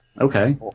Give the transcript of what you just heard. Okay